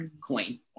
coin